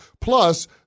Plus